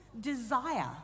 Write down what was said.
desire